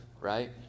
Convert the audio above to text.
Right